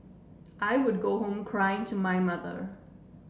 I would go home crying to my mother